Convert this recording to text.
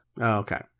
Okay